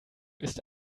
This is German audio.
ist